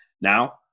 Now